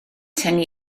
tynnu